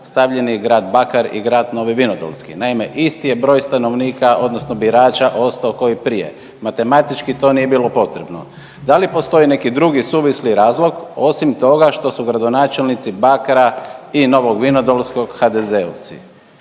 stavljen je grad Bakar i grad Novi Vinodolski? Naime, isti je broj stanovnika odnosno birača ostao ko i prije, matematički to nije bilo potrebno. Da li postoji neki drugi suvisli razlog osim toga što su gradonačelnici Bakra i Novog Vinodolskog HDZ-ovci,